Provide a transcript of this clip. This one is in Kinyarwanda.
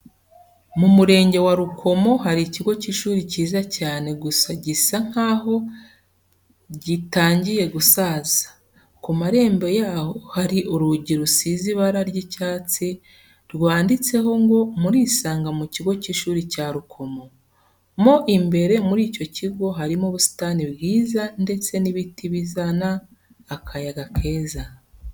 Mu murenge wa Rukomo hari ikigo cy'ishuri cyiza cyane gusa gisa nkaho gitangiye gusaza, ku marembo yaho hari urugi rusize ibara ry'icyatsi rwanditseho ngo murisanga mu kigo cy'ishuri cya Rukomo. Mo imbere muri icyo kigo harimo ubusitani bwiza ndetse n'ibiti bizana akayaga keza.